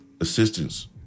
assistance